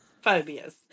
phobias